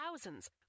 thousands